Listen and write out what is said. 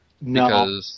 No